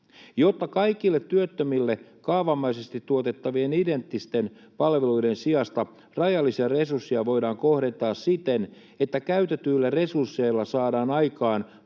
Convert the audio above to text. jotta kaikille työttömille kaavamaisesti tuotettavien identtisten palveluiden sijasta rajallisia resursseja voidaan kohdentaa siten, että käytetyillä resursseilla saadaan aikaan